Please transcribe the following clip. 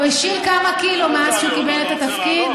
תראו, הוא השיל כמה קילו מאז שהוא קיבל את התפקיד,